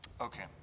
Okay